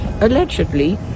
Allegedly